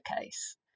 case